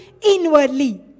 inwardly